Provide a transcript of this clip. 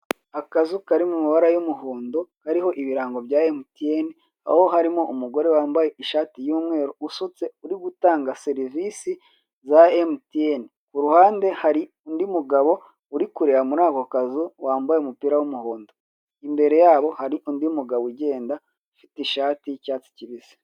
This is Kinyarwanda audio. Akazu kari mu mabara y'umuhondo kariho ibirango bya emutiyeni, aho harimo umugore wambaye ishati y'umweru, usutse, uri gutanga serivisi za emutiyeni, ku ruhande hari undi mugabo uri kureba muri ako kazu wambaye umupira w'umuhondo, imbere yabo hari undi mugabo ugenda ufite ishati y'icyatsi kibisi.